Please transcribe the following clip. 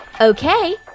Okay